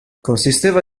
consisteva